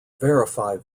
verify